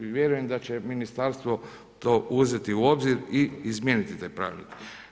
I vjerujem da će ministarstvo to uzeti u obzir i izmijeniti taj pravilnik.